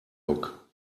bock